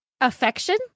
Affection